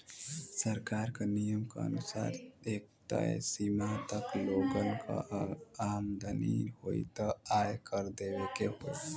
सरकार क नियम क अनुसार एक तय सीमा तक लोगन क आमदनी होइ त आय कर देवे के होइ